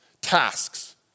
tasks